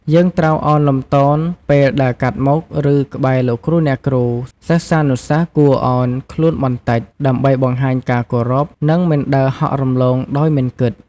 យើងត្រូវឱនលំទោន ពេលដើរកាត់មុខ ឬក្បែរលោកគ្រូ អ្នកគ្រូ សិស្សានុសិស្សគួរឱនខ្លួនបន្តិច ដើម្បីបង្ហាញការគោរព និងមិនដើរហក់រំលងដោយមិនគិត។